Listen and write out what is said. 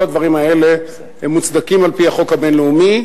כל הדברים האלה מוצדקים על-פי החוק הבין-לאומי.